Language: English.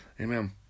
amen